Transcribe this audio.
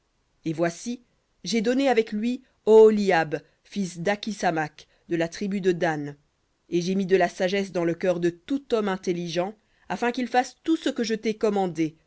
et voici j'ai donné avec lui oholiab fils d'akhisamac de la tribu de dan et j'ai mis de la sagesse dans le cœur de tout homme intelligent afin qu'ils fassent tout ce que je t'ai commandé